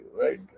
right